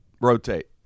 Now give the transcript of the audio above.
Rotate